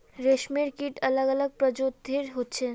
रेशमेर कीट अलग अलग प्रजातिर होचे